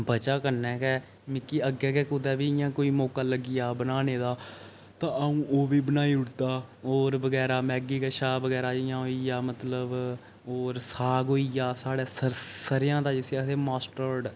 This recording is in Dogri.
बजह् कन्नै गै मिकी अग्गै गै कुतै बी इ'यां बी कोई मौका लग्गी जा बनाने दा तां अ'उं ओह् बी बनाई ओड़दा और बगैरा मैगी कशा इ'यां होई गेआ मतलब होर साग ई गेआ साढ़ै स'रेआं दा जिसी आखदे मस्सटर्ड